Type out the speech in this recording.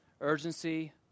urgency